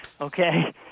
okay